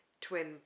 twin